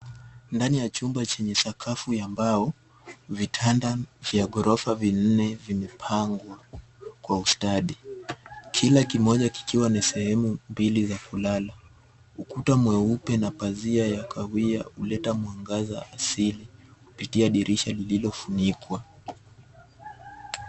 Ndani ya chumba chenye sakafu ya mbao vitanda vya ghorofa vinne vimepangwa kwa ustadi, kila kimoja kikiwa ni sehemu mbili za kulala ukuta mweupe na pazia ya kahawia huleta mwangaza asili kupitia dirisha lililofunikwa.